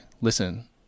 listen